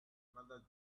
another